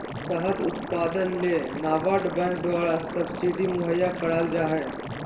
शहद उत्पादन ले नाबार्ड बैंक द्वारा सब्सिडी मुहैया कराल जा हय